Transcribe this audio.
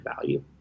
value